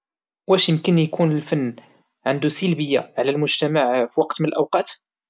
واش يمكن للفن يكون عنده سلبية في وقت من الاوقات؟